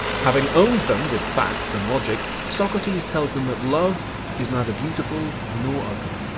having owned them with facts and logic socrates tells them that love is neither beautiful nor ugly,